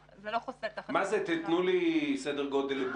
זה לא חוסה תחת חוק --- תתנו לי סדר גודל.